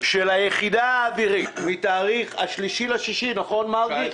של היחידה האווירית מתארך ה-3 ביוני 2019. נכון מרגי?